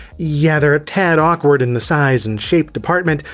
yeah, they're a tad awkward in the size and shape department,